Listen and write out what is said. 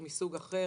היא מסוג אחר,